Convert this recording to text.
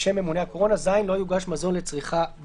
שמאפשרים התקהלויות יותר גדולות.